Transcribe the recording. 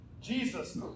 jesus